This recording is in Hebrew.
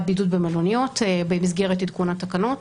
בידוד במלוניות במסגרת עדכון התקנות,